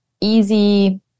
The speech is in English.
easy